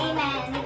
Amen